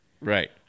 Right